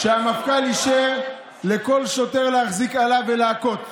שהמפכ"ל אישר לכל שוטר להחזיק אלה ולהכות,